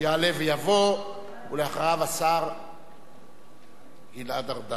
יעלה ויבוא, ולאחריו, השר גלעד ארדן.